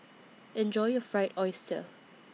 Enjoy your Fried Oyster